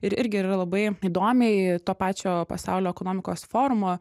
ir irgi ir yra labai įdomiai to pačio pasaulio ekonomikos forumo